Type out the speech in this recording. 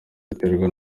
ziterwa